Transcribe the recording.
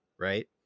right